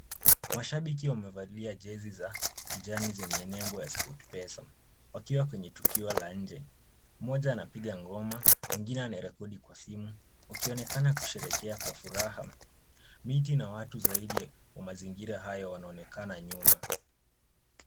Mashabiki wamevalia jezi za kijani zenye nembo ya Sportpesa wakiwa kwenye tukio la nje. Mmoja anapiga ngoma, mwingine anarekodi kwa simu wakionekana kusherehekea kwa furaha. Miti na watu zaidi wa mazingira hayo wanaonekana nyuma.